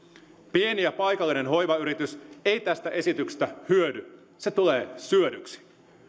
pieni ja paikallinen hoivayritys ei tästä esityksestä hyödy se tulee syödyksi